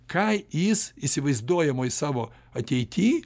ką jis įsivaizduojamoj savo ateity